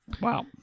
Wow